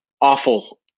Awful